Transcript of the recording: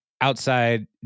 outside